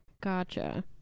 Gotcha